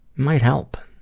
might help.